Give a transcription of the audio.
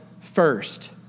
first